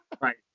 Right